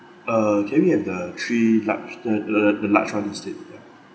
uh can we have the three large the the the the large one instead ya